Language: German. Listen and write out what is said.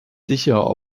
sicher